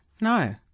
no